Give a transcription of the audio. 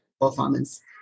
performance